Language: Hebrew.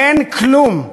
אין כלום.